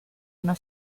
una